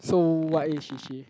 so what is she she